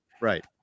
Right